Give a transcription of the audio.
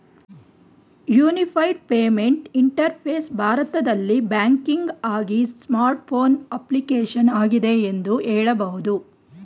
unified payment interface ಭಾರತದಲ್ಲಿ ಬ್ಯಾಂಕಿಂಗ್ಆಗಿ smartphone application ಆಗಿದೆ ಎಂದು ಹೇಳಬಹುದು